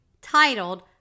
titled